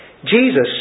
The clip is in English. Jesus